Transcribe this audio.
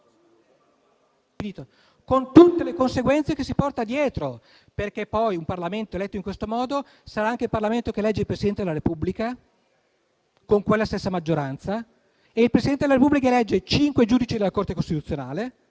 con tutte le conseguenze che si porta dietro, perché un Parlamento eletto in questo modo sarà anche quello che elegge il Presidente della Repubblica con quella stessa maggioranza; inoltre il Presidente della Repubblica elegge cinque giudici della Corte costituzionale